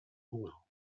hunger